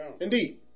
indeed